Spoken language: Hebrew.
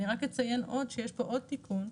רק אציין עוד שיש פה עוד תיקון,